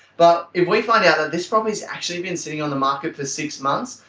but if we find out that this property is actually been sitting on the market for six months,